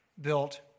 built